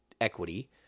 equity